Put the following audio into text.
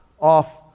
off